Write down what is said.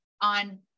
on